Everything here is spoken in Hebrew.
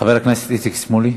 חבר הכנסת איציק שמולי.